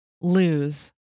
lose